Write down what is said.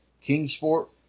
Kingsport